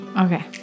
Okay